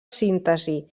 síntesi